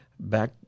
Back